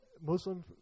Muslim